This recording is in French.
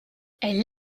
elle